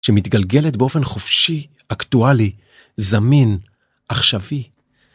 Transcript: שמתגלגלת באופן חופשי, אקטואלי, זמין, עכשווי.